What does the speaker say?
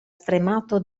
stremato